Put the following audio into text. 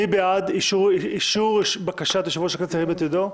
מי בעד אישור בקשת יושב-ראש הכנסת, ירים את ידו?